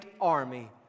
army